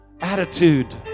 attitude